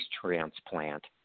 transplant